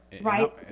right